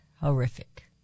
horrific